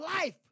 life